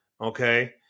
Okay